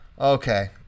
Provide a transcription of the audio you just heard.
Okay